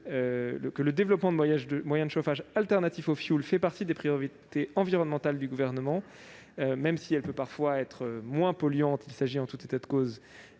que le développement de moyens de chauffage alternatifs au fioul fait partie des priorités environnementales du Gouvernement. Même si elle peut parfois être moins polluante, il s'agit néanmoins d'une